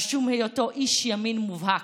על שום היותו איש ימין מובהק,